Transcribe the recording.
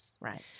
Right